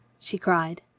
she cried.